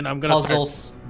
puzzles